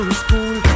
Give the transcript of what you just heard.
school